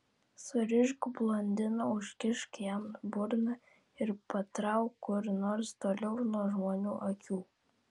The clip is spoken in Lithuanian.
surišk blondiną užkišk jam burną ir patrauk kur nors toliau nuo žmonių akių